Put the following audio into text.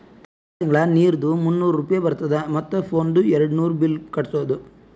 ತಿಂಗಳ ತಿಂಗಳಾ ನೀರ್ದು ಮೂನ್ನೂರ್ ರೂಪೆ ಬರ್ತುದ ಮತ್ತ ಫೋನ್ದು ಏರ್ಡ್ನೂರ್ ಬಿಲ್ ಕಟ್ಟುದ